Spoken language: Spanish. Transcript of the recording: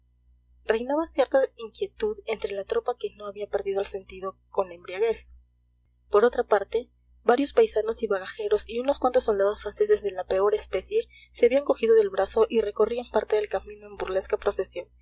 reinaba cierta inquietud entre la tropa que no había perdido el sentido con la embriaguez por otra parte varios paisanos y bagajeros y unos cuantos soldados franceses de la peor especie se habían cogido del brazo y recorrían parte del camino en burlesca procesión